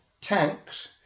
tanks